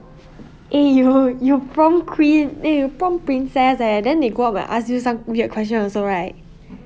eh you you prom queen eh you prom princess eh then they go out and ask you some weird question also right